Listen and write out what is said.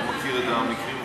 אני לא מכיר את המקרים האלה.